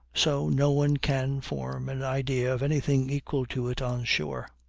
so no one can form an idea of anything equal to it on shore.